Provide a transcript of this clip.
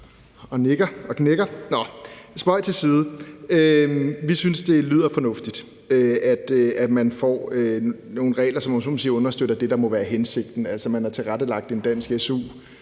og nikker og gnægger. Nå, spøg til side. Vi synes, det lyder fornuftigt, at man får nogle regler, som understøtter det, der må være hensigten, altså at man har tilrettelagt en dansk su,